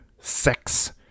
sex